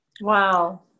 Wow